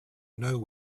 know